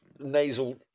Nasal